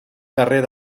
carrer